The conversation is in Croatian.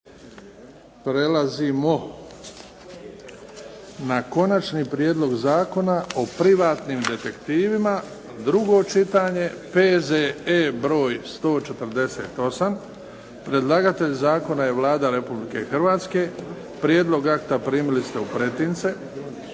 Prelazimo na –- Konačni prijedlog Zakona o privatnim detektivima, drugo čitanje, P.Z.E. br. 148 Predlagatelj zakona je Vlada Republike Hrvatske. Prijedlog akta primili ste u pretince.